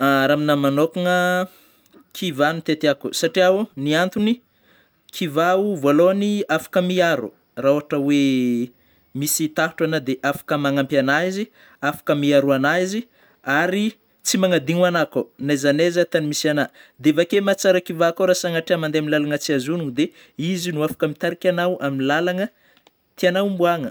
Raha aminahy manôkagna kiva no tiatiako satria o ny antony kiva o voalohany afaka miaro raha ôhatra hoe misy tahotra anao dia afaka magnampy ana izy; afaka miaro ana izy ary tsy magnadino ana koa na aiza na aiza tany misy ana dia avy akeo mahatsara kiva koa raha sagnatria mandeha amin'ny lalana tsy azo honogno dia izy no afaka mitarika anao amin'ny lalagna tiana homboagna.